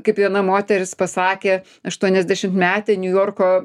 kaip viena moteris pasakė aštuoniasdešimtmetė niujorko